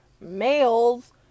male's